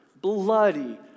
bloody